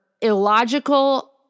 illogical